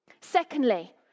Secondly